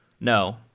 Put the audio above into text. No